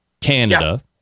Canada